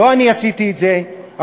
לא אני, הקומוניסט,